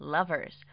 Lovers